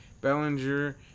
Bellinger